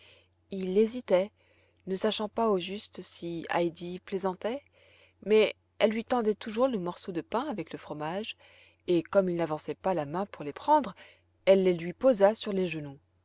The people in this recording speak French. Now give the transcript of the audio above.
il hésitait ne sachant pas au juste si heidi plaisantait mais elle lui tendait toujours le morceau de pain avec le fromage et comme il n'avançait pas la main pour les prendre elle les lui posa sur les genoux